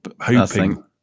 hoping